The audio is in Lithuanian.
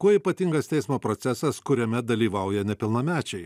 kuo ypatingas teismo procesas kuriame dalyvauja nepilnamečiai